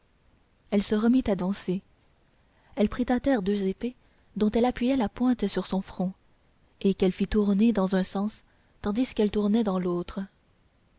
elle se remit à danser elle prit à terre deux épées dont elle appuya la pointe sur son front et qu'elle fit tourner dans un sens tandis qu'elle tournait dans l'autre